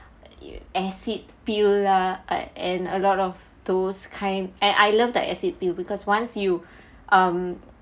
y~ acid pill lah uh and a lot of those kind and I love the acid pill because once you um